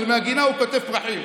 אבל מהגינה הוא קוטף פרחים